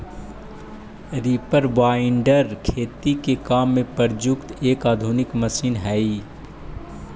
reaper binder खेती के काम में प्रयुक्त एक आधुनिक मशीन हई